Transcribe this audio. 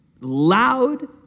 loud